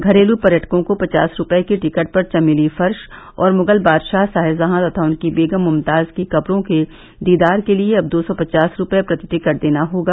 घरेलू पर्यटकों को पचास रूपये के टिकट पर चमेली फर्श और मुगल बादशाह शाहजहां तथा उनकी देगम मुमताज की कब्रों के दीदार के लिए अब दो सौ पचास रूपये प्रति टिकट देना होगा